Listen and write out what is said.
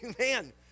Amen